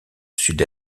sud